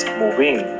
moving